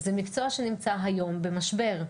זה מקצוע שנמצא היום במשבר.